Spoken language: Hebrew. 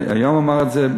היום אמר את זה,